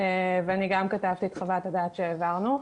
גם כתבתי את חוות-הדעת שהעברנו.